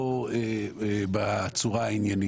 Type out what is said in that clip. לא בצורה העניינית,